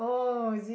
oh is it